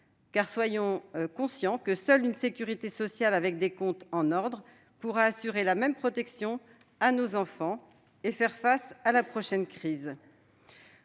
Soyons conscients que seule une sécurité sociale avec des comptes en ordre nous permettra d'offrir la même protection à nos enfants et de faire face à la prochaine crise.